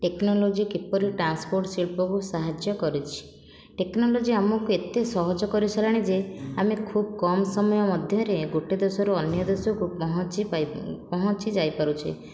technology କିପରି transport ଶିଳ୍ପକୁ ସାହାଯ୍ୟ କରୁଛି ଟେକ୍ନୋଲୋଜି ଆମକୁ ଏତେ ସହଜ କରାଇ ସାରିଲାଣି ଯେ ଆମେ ଖୁବ କମ ସମୟ ମଧ୍ୟରେ ଗୋଟିଏ ଦେଶରୁ ଅନ୍ୟ ଦେଶକୁ ପହଞ୍ଚି ପହଞ୍ଚି ଯାଇପାରୁଛେ